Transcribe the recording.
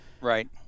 right